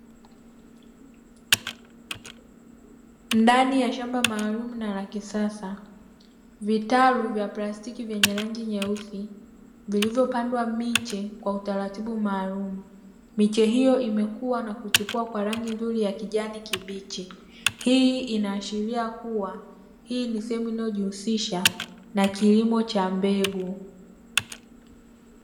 Ndani ya shamba maalumu na la kisasa, vitalu vya plastiki yenye rangi nyeusi vilivyopandwa miche kwa utaratibu maalum. Miche hiyo imekuwa na kuchipua kwa rangi nzuri ya kijani kibichi. Hii inaashiria kuwa, hii ni semu inayojihusisha na kilimo cha mbegu.